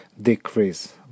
decrease